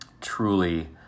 truly